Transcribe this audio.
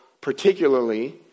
particularly